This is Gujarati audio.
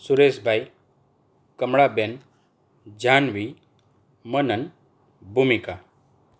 સુરેશભાઈ કમળાબેન જાહ્નવી મનન ભૂમિકા